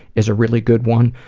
is a really good one,